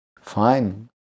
fine